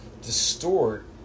distort